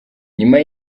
nyuma